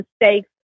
mistakes